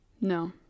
No